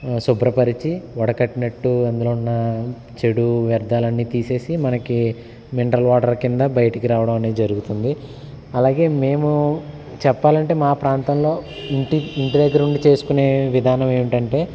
శుభ్రపరిచి వడకట్టినట్టు అందులో ఉన్న చెడు వ్యర్ధాలు అన్ని తీసేసి మనకి మినరల్ వాటర్ కింద బయటికి రావడం అనేది జరుగుతుంది అలాగే మేము చెప్పాలంటే మా ప్రాంతంలో ఇంటి ఇంటి దగ్గర ఉండి చేసుకునే విధానం ఏమిటంటే